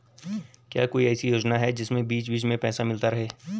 क्या कोई ऐसी योजना है जिसमें बीच बीच में पैसा मिलता रहे?